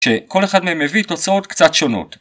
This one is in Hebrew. שכל אחד מהם מביא תוצאות קצת שונות.